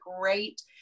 great